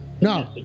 No